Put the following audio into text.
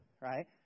right